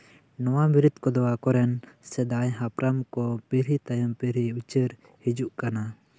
ᱱᱚᱣᱟ ᱵᱤᱨᱤᱫ ᱠᱚᱫᱚ ᱟᱠᱚᱨᱮᱱ ᱥᱮᱫᱟᱭ ᱦᱟᱯᱲᱟᱢ ᱠᱚ ᱯᱤᱲᱦᱤ ᱛᱟᱭᱚᱢ ᱯᱤᱲᱦᱤ ᱩᱪᱟᱹᱲ ᱦᱤᱡᱩᱜ ᱠᱟᱱᱟ